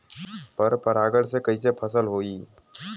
पर परागण से कईसे फसल होई?